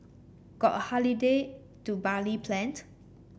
got a holiday to Bali planned